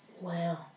Wow